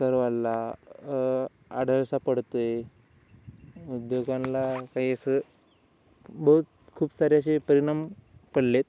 कर वाढला आढायसा पडते उद्योगांला काही असं बहूत खूप सारे असे परिणाम पडलेत